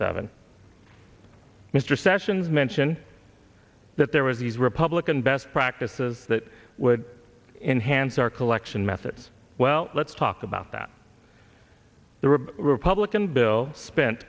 seven mr sessions mention that there was these republican best practices that would enhance our collection methods well let's talk about that there were republican bill sp